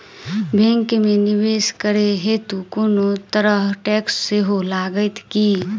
Bank मे निवेश करै हेतु कोनो तरहक टैक्स सेहो लागत की?